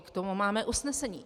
K tomu máme usnesení.